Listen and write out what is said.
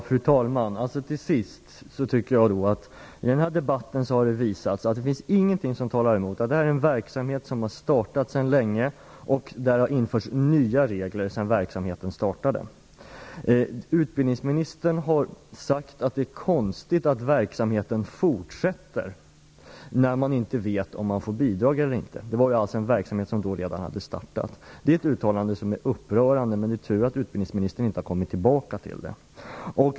Fru talman! Till sist vill jag säga att jag tycker att den här debatten har visat att ingenting talar emot att det här är en verksamhet som startades för länge sedan och att det har införts nya regler sedan verksamheten startade. Utbildningsministern har sagt att det är konstigt att man fortsätter verksamheten när man inte vet om man får bidrag eller inte - men verksamheten hade ju redan startat. Det är ett uttalande som är upprörande. Det är tur att utbildningsministern inte har kommit tillbaka till det.